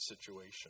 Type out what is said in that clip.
situation